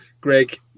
Greg